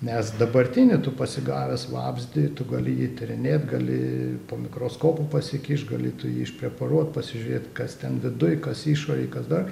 nes dabartinį tu pasigavęs vabzdį tu gali jį tyrinėt gali po mikroskopu pasikišt gali tu jį išpreparuot pasižiūrėt kas ten viduj kas išorėj kas dar